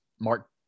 Mark